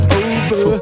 over